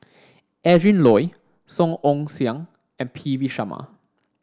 Adrin Loi Song Ong Siang and P V Sharma